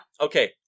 Okay